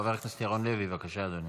חבר הכנסת ירון לוי, בבקשה, אדוני.